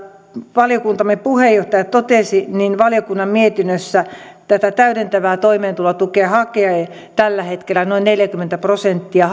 valiokuntamme puheenjohtaja totesi valiokunnan mietinnössä tätä täydentävää toimeentulotukea hakee tällä hetkellä noin neljäkymmentä prosenttia